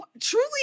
truly